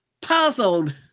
puzzled